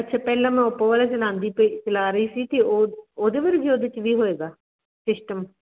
ਅੱਛਾ ਪਹਿਲਾਂ ਮੈਂ ਓਪੋ ਵਾਲੇ ਚਲਾਉਂਦੀ ਪਈ ਚਲਾ ਰਹੀ ਸੀ ਅਤੇ ਉਹ ਉਹਦੇ ਪਰ ਉਹਦੇ 'ਚ ਵੀ ਹੋਏਗਾ ਸਿਸਟਮ